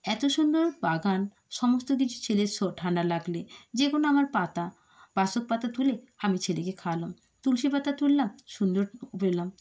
এত সুন্দর বাগান সমস্ত কিছু ছেলের ঠাণ্ডা লাগলে যে কোনও আমার পাতা বাসক পাতা তুলে আমি ছেলেকে খাওয়ালাম তুলসী পাতা তুললাম সুন্দর রইলাম